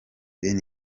ben